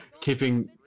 keeping